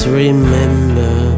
remember